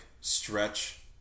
stretch